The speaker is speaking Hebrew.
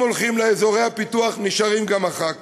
אם הולכים לאזורי הפיתוח, נשארים גם אחר כך.